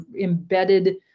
embedded